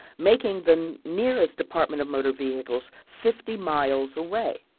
making the nearest department of motor vehicles fifty miles away.